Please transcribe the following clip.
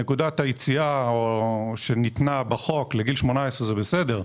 נקודת היציאה שהוצגה בחוק לגיל 18 זה בסדר,